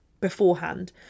beforehand